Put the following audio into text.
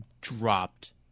dropped